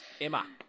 emma